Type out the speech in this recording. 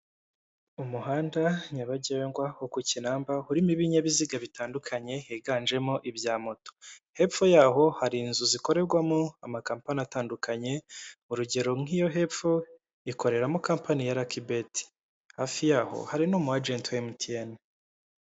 Umuhanda nyabagendwa wo ku Kinamba urimo ibinyabiziga bitandukanye higanjemo ibya moto, hepfo yaho hari inzu zikorerwamo amakampani atandukanye urugero, nk'iyo hepfo ikoreramo kampani ya raki beti hafi yaho ,hari n'umwagenti wa MTN.